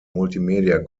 multimedia